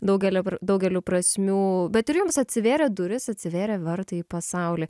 daugelio daugeliu prasmių bet ir jums atsivėrė durys atsivėrė vartai į pasaulį